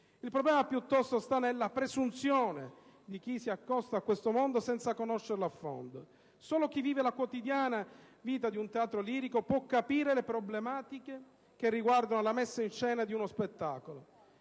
Il problema, piuttosto, sta nella presunzione di chi si accosta a questo mondo senza conoscerlo a fondo. Solo chi vive la vita quotidiana di un teatro lirico può capire le problematiche che riguardano la messa in scena di uno spettacolo.